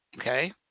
okay